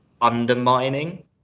undermining